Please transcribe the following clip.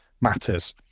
matters